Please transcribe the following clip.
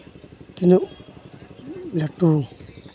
ᱛᱤᱱᱟᱹᱜ ᱞᱟᱹᱴᱩ